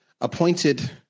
appointed